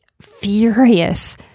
furious